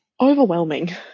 overwhelming